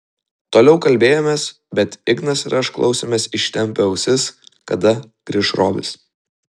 toliau kalbėjomės bet ignas ir aš klausėmės ištempę ausis kada grįš robis